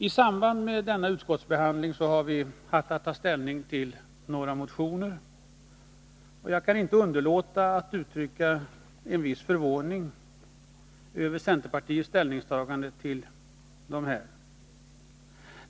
I samband med denna utskottsbehandling har vi haft att ta ställning till några motioner. Jag kan inte underlåta att uttrycka en viss förvåning över centerpartiets ställningstagande i detta sammanhang.